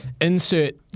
Insert